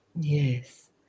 Yes